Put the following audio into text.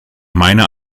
meiner